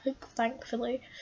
thankfully